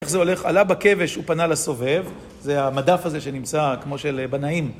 איך זה הולך? עלה בקבש, הוא פנה לסובב זה המדף הזה שנמצא כמו של בנאים